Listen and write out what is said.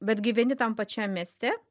bet gyveni tam pačiam mieste